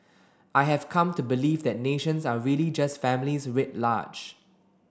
I have come to believe that nations are really just families writ large